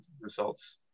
results